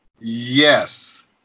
Yes